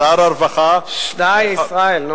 שר הרווחה, די, ישראל.